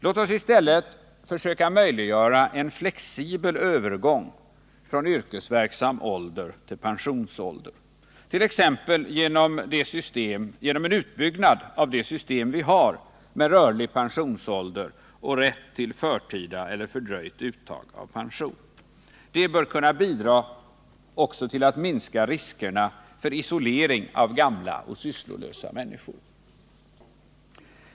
Låt oss i stället försöka möjliggöra en flexibel övergång från yrkesverksam ålder till pensionsålder, t.ex. genom en utbyggnad av det system vi har med rörlig pensionsålder och rätt till förtida eller fördröjt uttag av pension. Det bör kunna bidra också till att minska riskerna för isolering av gamla och sysslolösa människor.